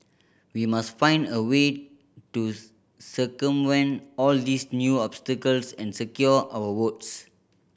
we must find a way to circumvent all these new obstacles and secure our votes